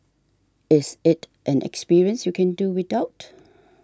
is it an experience you can do without